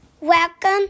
Welcome